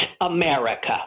America